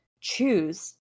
choose